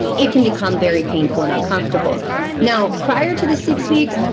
it can become very painful and uncomfortable now, prior to the six weeks,